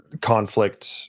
conflict